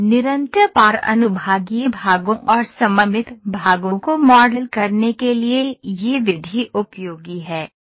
निरंतर पार अनुभागीय भागों और सममित भागों को मॉडल करने के लिए यह विधि उपयोगी है